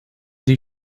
die